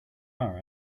are